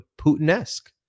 Putin-esque